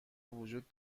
وجود